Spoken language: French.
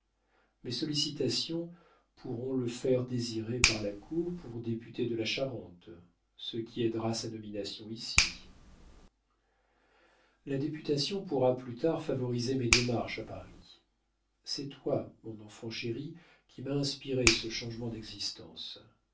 mes sollicitations pourront le faire désirer par la cour pour député de la charente ce qui aidera sa nomination ici la députation pourra plus tard favoriser mes démarches à paris c'est toi mon enfant chéri qui m'as inspiré ce changement d'existence